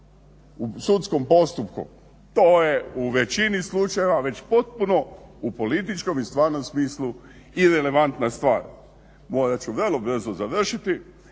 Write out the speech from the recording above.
sudskom postupku to je u većini slučajeva već potpuno u političkom i stvarnom smislu irelevantna stvar. Morat ću vrlo brzo završiti